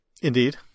Indeed